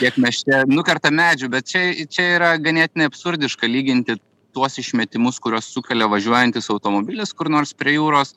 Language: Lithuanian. kiek mes čia nukertam medžių bet čia čia yra ganėtinai absurdiška lyginti tuos išmetimus kuriuos sukelia važiuojantis automobilis kur nors prie jūros